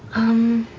um,